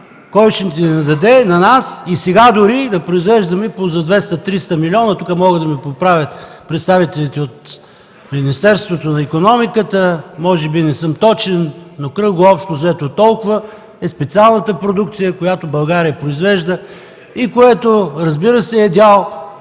Кой ще ни даде дори и сега да произвеждаме по за 200-300 милиона?! Тук могат да ме поправят представителите от Министерството на икономиката, може би не съм точен, но общо взето толкова е специалната продукция, която България произвежда. Този дял